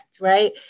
Right